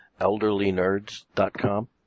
ElderlyNerds.com